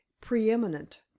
preeminent